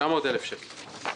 900,000 שקל.